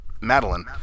Madeline